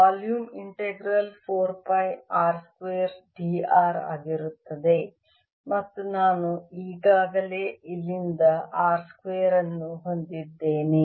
volume integral 4 pi r square d r ಆಗಿರುತ್ತದೆ ಮತ್ತು ನಾನು ಈಗಾಗಲೇ ಇಲ್ಲಿಂದ r ಸ್ಕ್ವೇರ್ ಅನ್ನು ಹೊಂದಿದ್ದೇನೆ